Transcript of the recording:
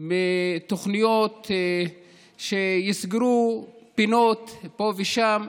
תוכניות שיסגרו פינות פה ושם,